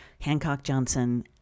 Hancock-Johnson